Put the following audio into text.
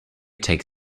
take